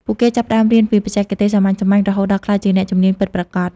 ពួកគេចាប់ផ្តើមរៀនពីបច្ចេកទេសសាមញ្ញៗ រហូតដល់ក្លាយជាអ្នកជំនាញពិតប្រាកដ។